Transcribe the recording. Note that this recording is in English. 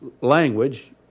language